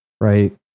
right